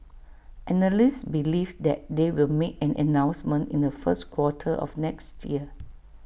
analysts believe that they will make an announcement in the first quarter of next year